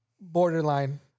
borderline